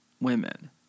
women